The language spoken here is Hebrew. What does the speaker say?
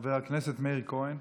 חבר הכנסת מאיר כהן,